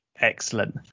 Excellent